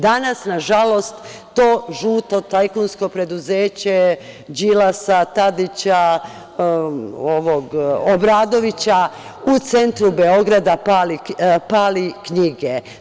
Danas, nažalost, to žuto tajkunsko preduzeće, Đilasa, Tadića, Obradovića u centru Beograda pali knjige.